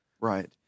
Right